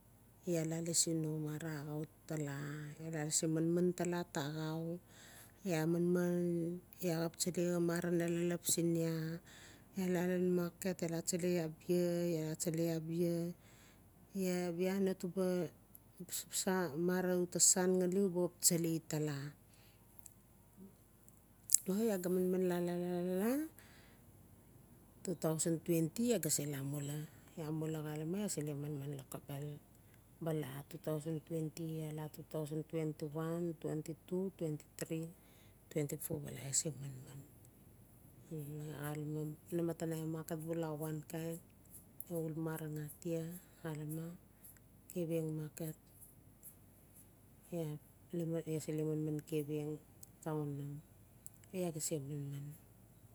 Iaa la loisi no mara axau tala iaa la lasi manman tala a axau iaa manman iaa xap tsigai xa mara na lelep siin iaa-iaa la lan maket iaa la tsalei abia iaa la tsalei abia bia-bia no tuba mara uta san ngali uba xap tsalei tala o iaa ga manman la-la-la-la-la two thou twenty iaa ga se lamula iaa mula xalame iaa se le manman lokobel bala two thou twenty, two thou twenty one twenty two twenty three twenty four ala iaa se manman xalame namatanai market bula a wankain uul mara atai xalame kavieng maket bia iaa sel manman kavieng town o laa ga sebula man man